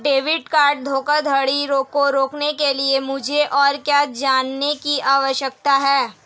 Debit card धोखाधड़ी को रोकने के लिए मुझे और क्या जानने की आवश्यकता है?